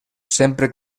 sempre